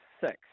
six